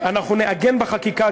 אנחנו נעגן בחקיקה,